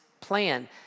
plan